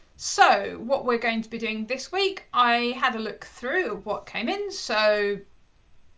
so, what we're going to be doing this week, i had a look through what came in. so,